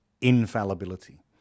infallibility